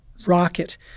rocket